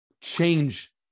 change